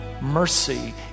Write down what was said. mercy